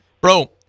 Bro